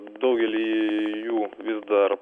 daugelį jų vis dar